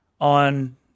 on